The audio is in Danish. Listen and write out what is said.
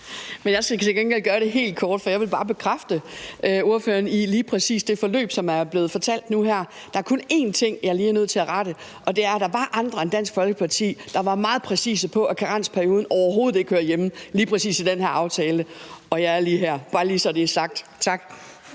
Jeg skal til gengæld gøre det helt kort. Jeg vil bare bekræfte ordføreren i lige præcis det forløb, som er blevet fortalt nu her. Der er kun én ting, jeg lige er nødt til at rette, og det er, at der var andre end Dansk Folkeparti, der var meget præcise på, at karensperioden overhovedet ikke hører hjemme lige præcis i den her aftale – og jeg står lige her. Det er bare lige, så det er sagt. Tak.